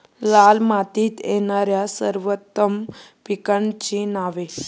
लाल मातीत येणाऱ्या सर्वोत्तम पिकांची नावे?